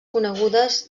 conegudes